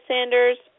Sanders